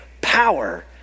power